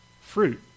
fruit